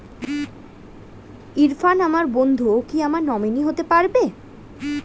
ইরফান আমার বন্ধু ও কি আমার নমিনি হতে পারবে?